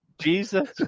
Jesus